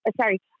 Sorry